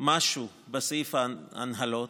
משהו בסעיף ההנהלות,